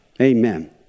Amen